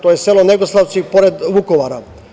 To je selo Negoslavci pored Vukovara.